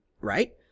right